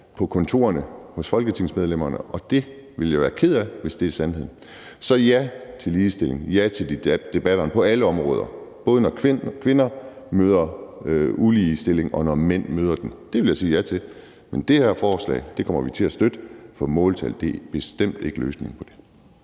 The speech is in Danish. på kontorerne hos folketingsmedlemmerne, og jeg bliver ked af det, hvis det er sandheden. Så ja til ligestilling, ja til debatterne på alle områder, både når kvinder møder uligestilling, og når mænd møder den. Det vil jeg sige ja til. Men det her forslag kommer vi til at støtte, for måltal er bestemt ikke løsningen på det.